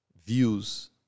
views